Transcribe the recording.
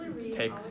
take